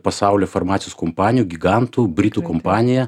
pasaulio farmacijos kompanijų gigantų britų kompanija